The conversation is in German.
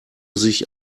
sich